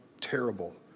terrible